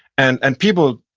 and and people,